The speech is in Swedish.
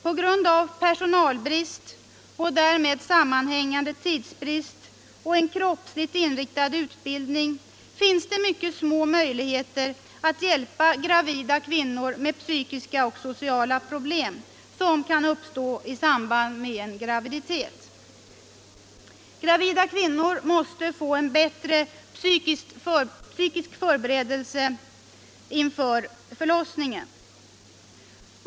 På grund av personalbrist och därmed sammanhängande tidsbrist och en kroppsligt inriktad utbildning finns det mycket små möjligheter att hjälpa gravida kvinnor med psykiska och sociala problem som kan uppstå i samband med en graviditet. Gravida kvinnor måste få bättre psykisk förberedelse inför förlossningen.